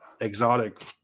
exotic